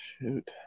Shoot